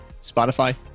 Spotify